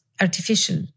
artificial